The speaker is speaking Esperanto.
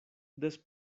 des